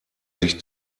sich